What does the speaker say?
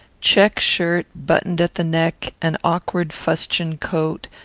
check shirt, buttoned at the neck, an awkward fustian coat,